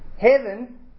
Heaven